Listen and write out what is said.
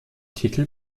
titel